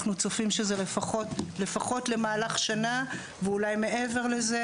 אנחנו צופים שזה לפחות מהלך של שנה ואולי מעבר לזה.